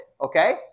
okay